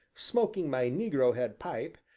smoking my negro-head pipe,